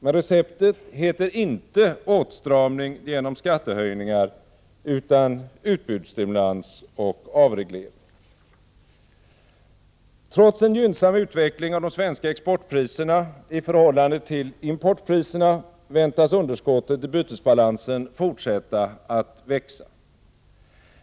Men receptet heter inte åtstramning genom skattehöjningar utan utbudsstimulans och avreglering. Trots en gynnsam utveckling av de svenska exportpriserna i förhållande till importpriserna väntas underskottet i bytesbalansen fortsätta att växa.